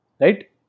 right